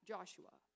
Joshua